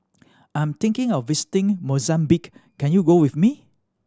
I'm thinking of visiting Mozambique can you go with me